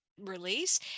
release